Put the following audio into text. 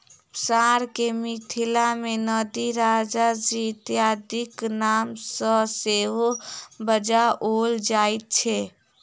साँढ़ के मिथिला मे नंदी, राजाजी इत्यादिक नाम सॅ सेहो बजाओल जाइत छै